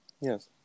Yes